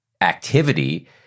activity